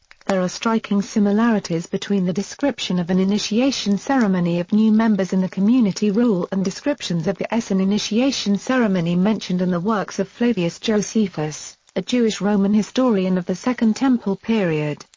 there are striking similarities between the description of an initiation ceremony of new members in the community rule and descriptions of the essene initiation ceremony mentioned in the works of flavius josephus a jewish-roman historian of the second temple period.